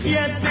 Yes